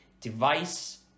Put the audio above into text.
device